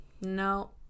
No